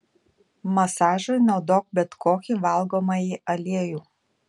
masažui naudok bet kokį valgomąjį aliejų